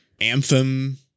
Anthem